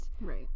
right